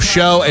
Show